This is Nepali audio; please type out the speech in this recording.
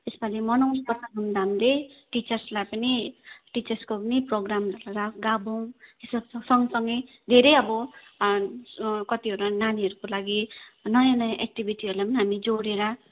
यसपालि मनाउन त धुमधामले टिचर्सलाई पनि टिचर्सको पनि प्रोग्राम गा गाभौँ सँगसँगै धेरै अब कतिवटा नानीहरूको लागि नयाँ नयाँ एक्टिविटीहरूलाई पनि हामी जोडेर